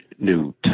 new